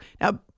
Now